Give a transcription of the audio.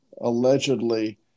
allegedly